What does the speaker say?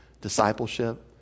discipleship